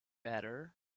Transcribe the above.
better